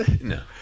no